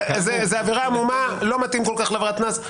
זו עבירה עמומה, זה לא כל כך מתאים לעבירת קנס.